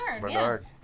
Bernard